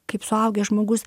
kaip suaugęs žmogus